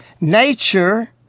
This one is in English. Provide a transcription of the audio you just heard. nature